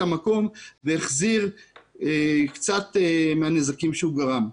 המקום והחזיר קצת מהנזקים שהוא גרם.